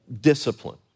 discipline